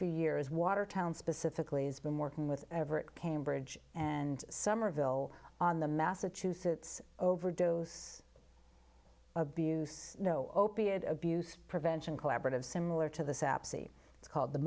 few years watertown specifically has been working with everett cambridge and somerville on the massachusetts overdose abuse no opiate abuse prevention collaborative similar to the sabzi it's called the